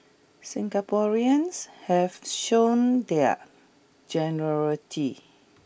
Singaporeans have shown their generosity